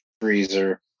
freezer